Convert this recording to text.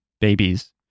babies